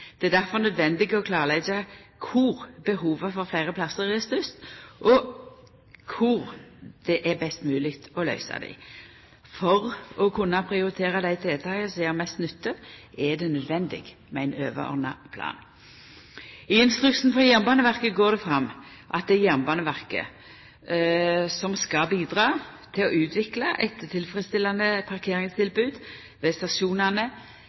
Det er difor nødvendig å klårleggja kor behovet for fleire plassar er størst, og kor det er mogleg å løysa det. For å kunna prioritera dei tiltaka som gjer mest nytte, er det nødvendig med ein overordna plan. I instruksen for Jernbaneverket går det fram at Jernbaneverket skal bidra til å utvikla eit tilfredsstillande parkeringstilbod ved stasjonane